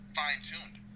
fine-tuned